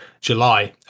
July